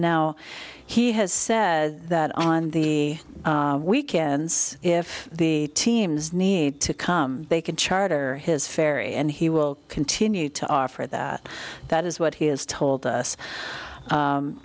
now he has said that on the weekends if the teams need to come they can charter his ferry and he will continue to offer that that is what he has told us